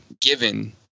given